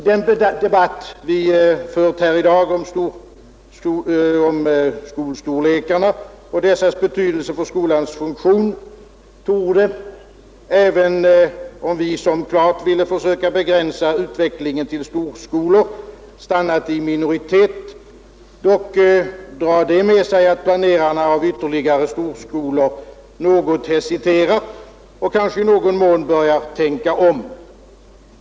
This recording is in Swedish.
Den debatt vi fört i dag om skolornas storlek och storlekens betydelse för skolans funktion torde, även om vi som vill försöka begränsa utvecklingen av storskolor stannat i minoritet, ha haft det med sig att planerarna av ytterligare storskolor hesiterar något och kanske också i någon mån börjar tänka om.